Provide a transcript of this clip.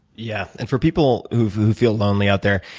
yes. and for people who feel lonely out there,